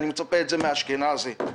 מאשכנזי.